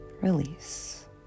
release